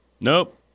Nope